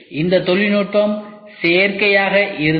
இந்த தொழில்நுட்பம் சேர்க்கையாக இருந்தது